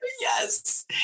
Yes